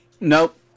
Nope